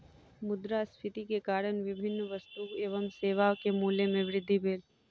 मुद्रास्फीति के कारण विभिन्न वस्तु एवं सेवा के मूल्य में वृद्धि भेल